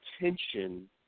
attention